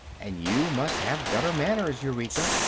and you must have better manners, eureka,